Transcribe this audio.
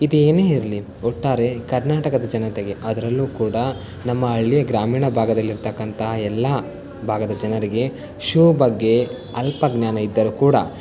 ಇದೇನೇ ಇರಲಿ ಒಟ್ಟಾರೆ ಕರ್ನಾಟಕದ ಜನತೆಗೆ ಅದರಲ್ಲೂ ಕೂಡ ನಮ್ಮ ಹಳ್ಳಿಯ ಗ್ರಾಮೀಣ ಭಾಗದಲ್ಲಿರ್ತಕ್ಕಂತಹ ಎಲ್ಲ ಭಾಗದ ಜನರಿಗೆ ಶೂ ಬಗ್ಗೆ ಅಲ್ಪ ಜ್ಞಾನ ಇದ್ದರೂ ಕೂಡ